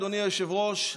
אדוני היושב-ראש,